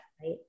Right